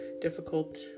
difficult